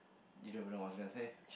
you don't even know what I was gonna say